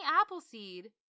Appleseed